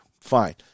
fine